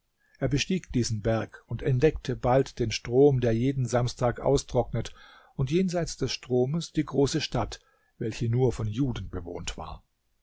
er bestieg diesen berg und entdeckte bald den strom der jeden samstag austrocknet und jenseits des stromes die große stadt welche nur von juden bewohnt war